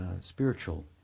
spiritual